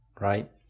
right